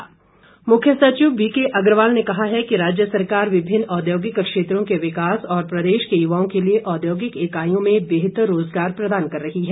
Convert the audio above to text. BK Agarwal मुख्य सचिव B K Agarwal ने कहा है कि राज्य सरकार विभिन्न औद्योगिक क्षेत्रों के विकास और प्रदेश के युवाओं के लिए औद्योगिक इकाईयों में बेहतर रोज़गार प्रदान कर रही है